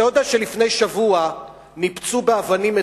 אתה יודע שלפני שבוע ניפצו באבנים את